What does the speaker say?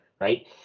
right